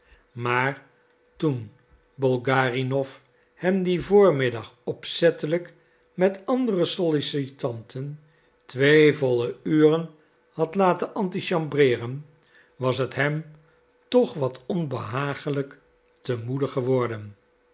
maar toen bolgarinow hem dien voormiddag opzettelijk met andere sollicitanten twee volle uren had laten antichambreeren was het hem toch wat onbehagelijk te moede geworden